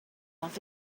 off